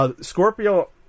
Scorpio